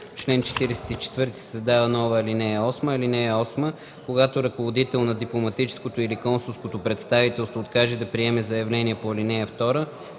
чл. 44 се създава нова ал. 8: „(8) Когато ръководител на дипломатическото или консулското представителство откаже да приеме заявление по ал. 2,